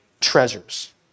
treasures